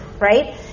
right